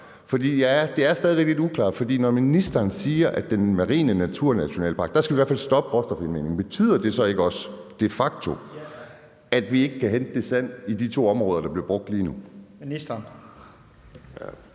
Det er stadig væk lidt uklart, for når ministeren siger, at vi af hensyn til den marine naturnationalpark skal stoppe råstofindvindingen, betyder det så ikke også de facto, at vi ikke kan hente det sand i de to områder, der bliver brugt lige nu?